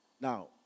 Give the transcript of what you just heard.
Now